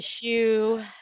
issue